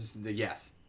Yes